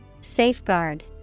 Safeguard